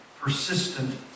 persistent